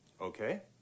Okay